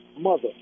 mother